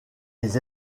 les